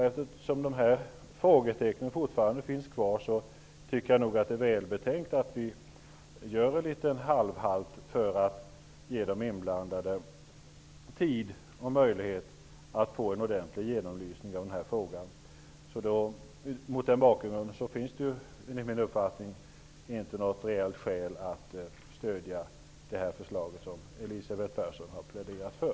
Eftersom frågetecknen här finns kvar är det nog välbetänkt att så att säga göra en liten halvhalt för att ge de inblandade tid och möjlighet att få en ordentlig genomlysning av den här frågan. Mot den bakgrunden finns det enligt min uppfattning inte något reellt skäl att stödja det förslag som Elisabeth Persson har pläderat för.